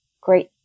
great